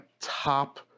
top